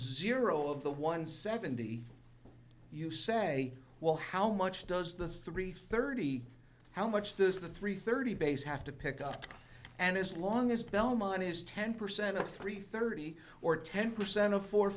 zero of the one seventy you say well how much does the three thirty how much this the three thirty base have to pick up and as long as belmont is ten percent to three thirty or ten percent of four